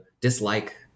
dislike